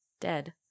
dead